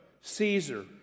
Caesar